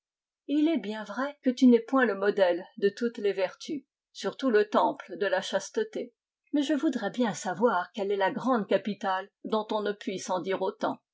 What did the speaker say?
il est bien vrai que tu n'es point le modèle de toutes les vertus surtout le temple de la chasteté mais je voudrais bien savoir quelle est la grande capitale dont on ne puisse en dire autant